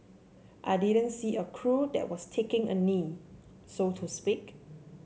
I didn't see a crew that was taking a knee so to speak